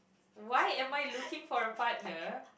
why am I looking for a partner